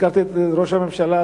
הזכרת את ראש הממשלה,